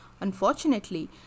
unfortunately